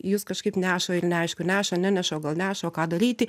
jus kažkaip neša ir neaišku neša neneša o gal neša o ką daryti